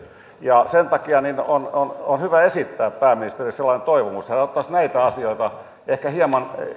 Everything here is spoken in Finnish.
ja sen takia on on hyvä esittää pääministerille sellainen toivomus että hän ottaisi näitä asioita ehkä hieman